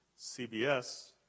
CBS